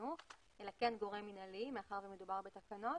החינוך אלא כן גורם מינהלי מאחר שמדובר בתקנות